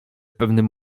pewnym